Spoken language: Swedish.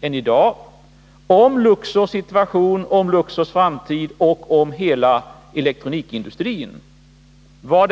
än i dag, om Luxors situation och om Luxors och hela elektronikindustrins framtid.